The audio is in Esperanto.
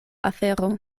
afero